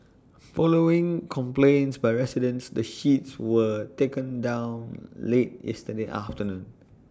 following complaints by residents the sheets were taken down late yesterday afternoon